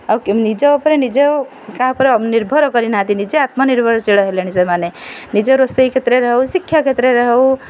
ଆଉ ନିଜ ଉପରେ ନିଜ କାହା ଉପରେ ନିର୍ଭର କରିନାହାନ୍ତି ନିଜେ ଆତ୍ମନିର୍ଭରଶୀଳ ହେଲେଣି ସେମାନେ ନିଜ ରୋଷେଇ କ୍ଷେତ୍ରରେ ହେଉ ଶିକ୍ଷା କ୍ଷେତ୍ରରେ ହେଉ